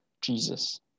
Jesus